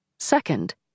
Second